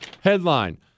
Headline